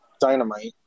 Dynamite